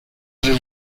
avez